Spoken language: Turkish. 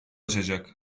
açacak